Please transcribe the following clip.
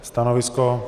Stanovisko?